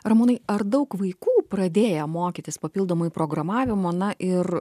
ramūnai ar daug vaikų pradėję mokytis papildomai programavimo na ir